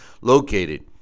located